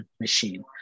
machine